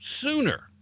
sooner